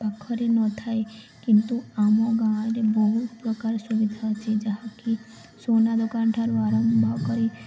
ଘରେ ନଥାଏ କିନ୍ତୁ ଆମ ଗାଁରେ ବହୁତ ପ୍ରକାର ସୁବିଧା ଅଛି ଯାହାକି ସୁନା ଦୋକାନ ଠାରୁ ଆରମ୍ଭ କରି